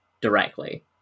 directly